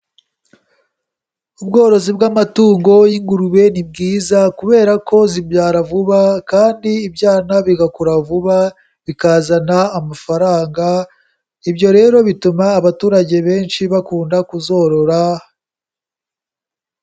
Ubworozi bw'amatungo y'ingurube ni bwiza kubera ko zibyara vuba kandi ibyana bigakura vuba bikazana amafaranga, ibyo rero bituma abaturage benshi bakunda kuzorora.